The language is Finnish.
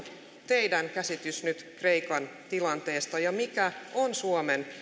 teidän käsityksenne nyt kreikan tilanteesta ja mikä on suomen